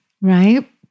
right